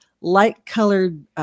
light-colored